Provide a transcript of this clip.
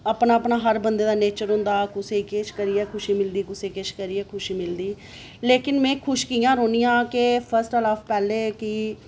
अपना अपना हर बंदे दा अपना अपना नेचर होंंदा कुसै गी किश करियै खुशी मिलदी कुसै गी किश करियै खुशी मिलदी लेकिन में खुश कि'यां रौह्नियां केह् फस्ट आफ आल पैह्ले कि